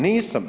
Nisam.